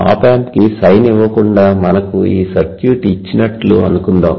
ఆప్ amp కి sign ఇవ్వకుండా మనకు ఈ సర్క్యూట్ ఇచ్చినట్లు అనుకుందాం